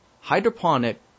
hydroponic